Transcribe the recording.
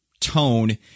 tone